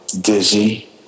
dizzy